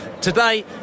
Today